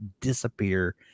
disappear